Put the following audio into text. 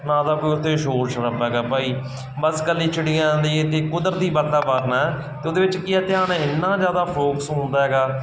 ਨਾ ਤਾਂ ਕੋਈ ਉੱਥੇ ਸ਼ੋਰ ਸ਼ਰਾਬ ਹੈਗਾ ਭਾਈ ਬਸ ਇਕੱਲੀ ਚਿੜੀਆਂ ਦੀ ਅਤੇ ਕੁਦਰਤੀ ਵਾਤਾਵਰਨ ਆ ਅਤੇ ਉਹਦੇ ਵਿੱਚ ਕੀ ਆ ਧਿਆਨ ਇੰਨਾ ਜ਼ਿਆਦਾ ਫੋਕਸ ਹੁੰਦਾ ਹੈਗਾ